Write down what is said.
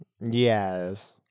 Yes